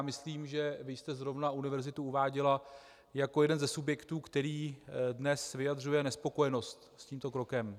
Myslím, že vy jste zrovna univerzitu uváděla jako jeden ze subjektů, který dnes vyjadřuje nespokojenost s tímto krokem.